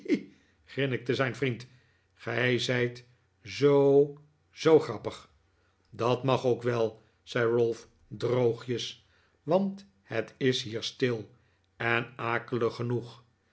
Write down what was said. grinnikte zijn vriend gij zijt zoo zoo grappig dat mag ook wel zei ralph droogjeswant het is hier stil en akelig genoeg